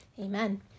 Amen